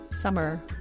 Summer